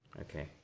Okay